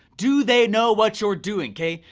do they know what you're doing, kay?